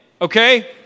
okay